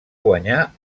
guanyar